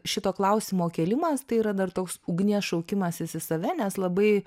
šito klausimo kėlimas tai yra dar toks ugnies šaukimasis į save nes labai